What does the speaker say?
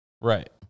right